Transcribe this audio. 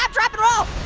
um drop, and roll.